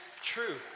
true